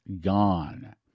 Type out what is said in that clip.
gone